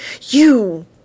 You